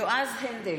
(קוראת בשמות חברי הכנסת) יועז הנדל,